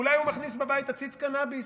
אולי הוא מחזיק בבית עציץ קנביס,